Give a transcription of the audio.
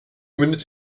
mündet